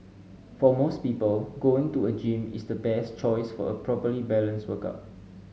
for most people going to a gym is the best choice for a properly balanced workout